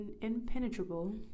impenetrable